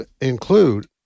include